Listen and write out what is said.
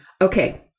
okay